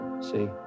See